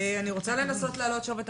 אני רוצה לנסות להעלות שוב את